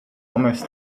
almost